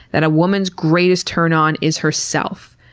that a woman's greatest turn on is herself.